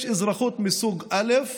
יש אזרחות מסוג א',